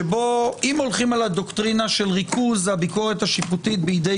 אם הולכים על הדוקטרינה של ריכוזיות הביקורת השיפוטית בידי